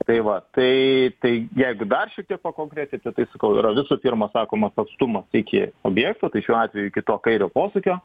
tai va tai tai jeigu dar šiek tiek pakonkretinti tai sakau yra visų pirma sakoma atstumas iki objekto tai šiuo atveju iki to kairio posūkio